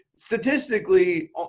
Statistically